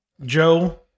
Joe